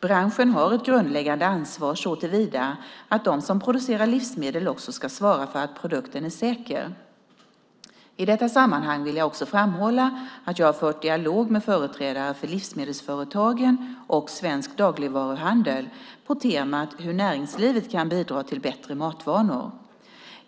Branschen har ett grundläggande ansvar såtillvida att de som producerar livsmedel också ska svara för att produkten är säker. I detta sammanhang vill jag också framhålla att jag fört dialog med företrädare för Livsmedelsföretagen och Svensk Dagligvaruhandel på temat hur näringslivet kan bidra till bättre matvanor.